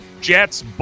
Jets